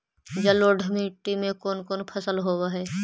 जलोढ़ मट्टी में कोन कोन फसल होब है?